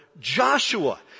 Joshua